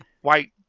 white